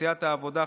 סיעת העבודה,